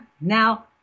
Now